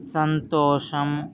సంతోషం